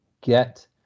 get